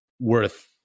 worth